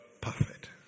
Perfect